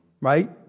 Right